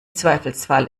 zweifelsfall